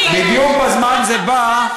בדיוק בזמן זה בא,